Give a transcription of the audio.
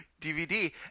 DVD